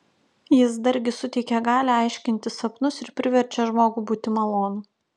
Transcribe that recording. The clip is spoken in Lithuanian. jis dargi suteikia galią aiškinti sapnus ir priverčia žmogų būti malonų